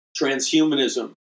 transhumanism